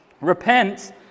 Repent